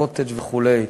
הקוטג' וכו'.